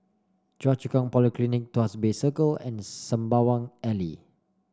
Choa Chu Kang Polyclinic Tuas Bay Circle and Sembawang Alley